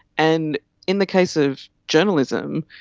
and in the case of journalism,